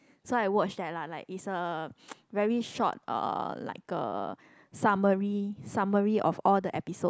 so I watch that lah like is a very short uh like a summary summary of all the episode